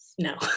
No